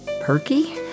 perky